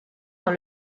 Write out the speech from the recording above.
dans